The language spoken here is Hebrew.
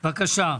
בבקשה.